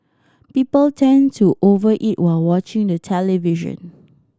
people tend to over eat while watching the television